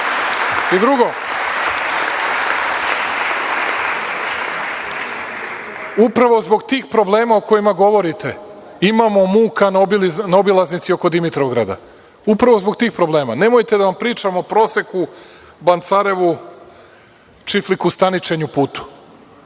toga. Drugo, upravo zbog tih problema o kojima govorite imamo muka na obilaznici oko Dimitrovgrada. Upravo zbog tih problema. Nemojte da vam pričam o proseku Bancarevu, Čifliku – Staničenju putu.